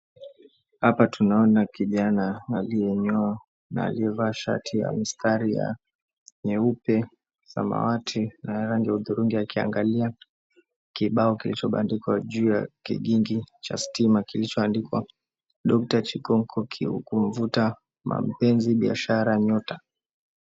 Hapa tunaona kijana aliyenyoa na aliyevaa shati ya mistari ya nyeupe, samawati na rangi ya hudhurungi akiangalia kibao kilichobandikwa juu ya kigingi cha stima kilichoandikwa, Doctor Chikonko, Kumvuta mapenzi, biashara, nyota.